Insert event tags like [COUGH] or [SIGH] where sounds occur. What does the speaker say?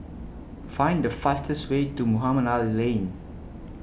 [NOISE] Find The fastest Way to Mohamed Ali Lane